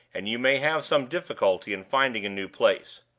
and you may have some difficulty in finding a new place.